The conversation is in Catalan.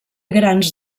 grans